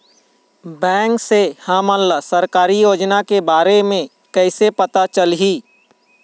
Bank से हमन ला सरकारी योजना के बारे मे कैसे पता चलही?